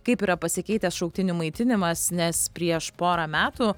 kaip yra pasikeitęs šauktinių maitinimas nes prieš porą metų